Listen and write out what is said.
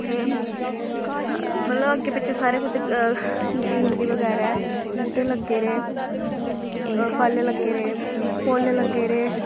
ते मतलव अग्गे पिच्छे सारे कुते ग्रीनरी बगैरा ऐ बूह्टे लग्गे दे फल लग्गे दे फुल्ल लग्गे दे